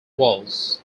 walls